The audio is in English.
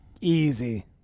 Easy